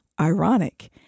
Ironic